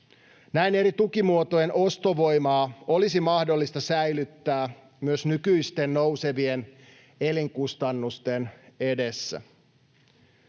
Näin eri tukimuotojen ostovoimaa olisi mahdollista säilyttää myös nykyisten nousevien elinkustannusten edessä.